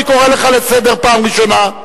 אני קורא אותך לסדר פעם ראשונה.